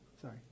Sorry